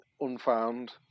Unfound